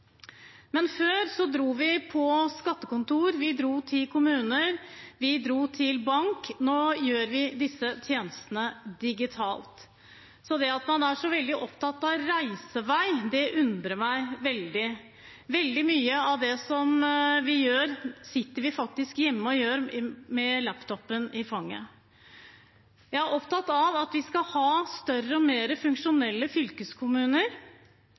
men det ligger jo gjerne i menneskets natur å være skeptisk til endringer, i alle fall hvis man ikke må. Før dro vi på skattekontoret, vi dro til kommunen, og vi dro til banken. Nå har vi disse tjenestene digitalt, så det at man er så veldig opptatt av reisevei, undrer meg veldig. Veldig mye av det vi gjør, sitter vi faktisk hjemme og gjør med laptopen i fanget. Jeg er opptatt av at vi skal